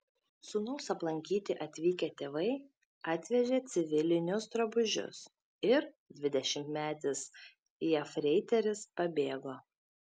sūnaus aplankyti atvykę tėvai atvežė civilinius drabužius ir dvidešimtmetis jefreiteris pabėgo